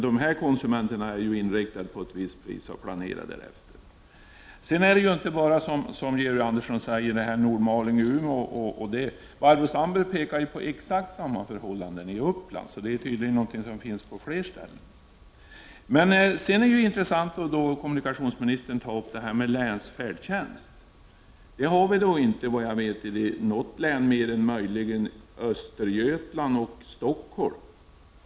Dessa konsumenter har varit inställda på ett visst pris, och de har planerat därefter. Det här problemet uppkommer inte bara i Nordmaling och Umeå, som Georg Andersson säger. Barbro Sandberg har här redogjort för exakt samma förhållanden i Uppland. Detta är tydligen någonting som förekommer på flera håll. Det var intressant att kommunikationsministern tog upp frågan om länsfärdtjänst. Sådan har vi inte i några län, utom i Östergötland och Stockholm.